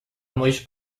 noite